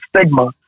stigma